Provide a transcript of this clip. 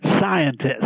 scientists